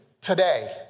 today